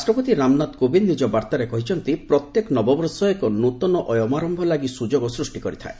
ରାଷ୍ଟ୍ରପତି ରାମନାଥ କୋବିନ୍ଦ ନିଜ ବାର୍ତ୍ତାରେ କହିଛନ୍ତି ପ୍ରତ୍ୟେକ ନବବର୍ଷ ଏକ ନୃତନ ଅୟମାରମ୍ଭ ଲାଗି ସୁଯୋଗ ସୃଷ୍ଟି କରିଥାଏ